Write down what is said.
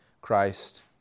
Christ